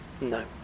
No